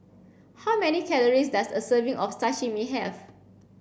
how many calories does a serving of Sashimi have